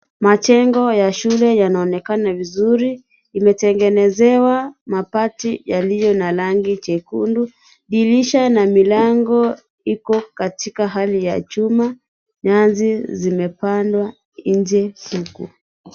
Majengo ya shule yanaonekana vizuri. Imetengenezewa mabati yaliyo na rangi jekundu, dirisha na milango iko katika hali ya chuma. Nyasi zimepandwa nje.